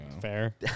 Fair